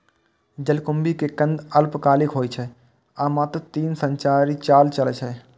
जलकुंभी के कंद अल्पकालिक होइ छै आ मात्र तीन सं चारि साल चलै छै